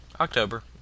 October